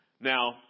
Now